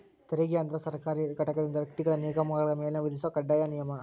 ತೆರಿಗೆ ಅಂದ್ರ ಸರ್ಕಾರಿ ಘಟಕದಿಂದ ವ್ಯಕ್ತಿಗಳ ನಿಗಮಗಳ ಮ್ಯಾಲೆ ವಿಧಿಸೊ ಕಡ್ಡಾಯ ನಿಯಮ